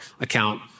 account